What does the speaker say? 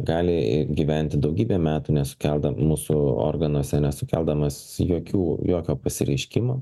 gali gyventi daugybę metų nesukeldamūsų organizme nesukeldamas jokių jokio pasireiškimo